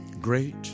great